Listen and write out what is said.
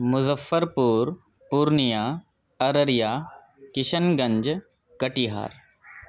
مظفر پور پورنیہ ارریہ کشن گنج کٹیہار